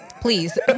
Please